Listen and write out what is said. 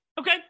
Okay